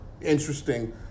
interesting